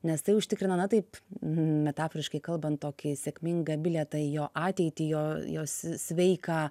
nes tai užtikrina na taip metaforiškai kalbant tokį sėkmingą bilietą į jo ateitį jo jos sveiką